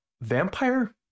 vampire